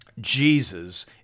Jesus